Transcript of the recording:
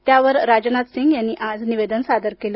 त्यावर राजनाथसिंग यांनी आज निवेदन सादर केले